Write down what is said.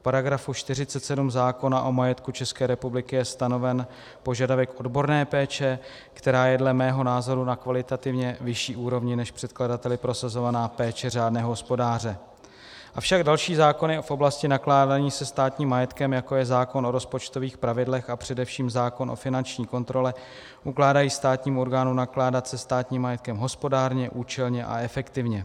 V § 47 zákona o majetku České republiky je stanoven požadavek odborné péče, která je dle mého názoru na kvalitativně vyšší úrovni než předkladateli prosazovaná péče řádného hospodáře, avšak další zákony v oblasti nakládání se státním majetkem, jako je zákon o rozpočtových pravidlech a především zákon o finanční kontrole, ukládají státním orgánům nakládat se státním majetkem hospodárně, účelně a efektivně.